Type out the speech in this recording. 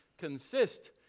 consist